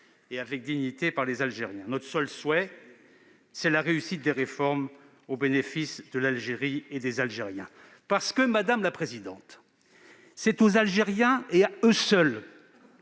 et avec dignité, lors du Hirak. Notre seul souhait, c'est la réussite des réformes au bénéfice de l'Algérie et des Algériens. En effet, madame la sénatrice, c'est aux Algériens, et à eux seuls,